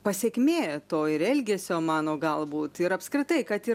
pasekmė to ir elgesio mano galbūt ir apskritai kad ir